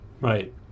Right